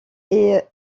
est